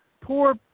poor